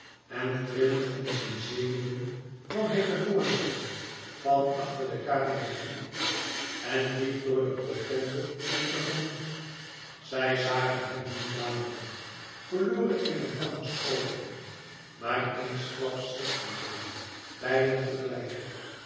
en trillend in zijn zenuwen kwam hij te voorschijn van achter de karyatide en liep door de rotonde hen tegemoet zij zagen hem niet dadelijk verloren in elkanders oogen maar eensklaps schrikten zij beiden